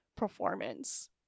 performance